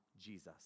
Jesus